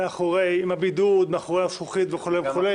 עם הבידוד מאחורי הזכוכית, וכו' וכו'.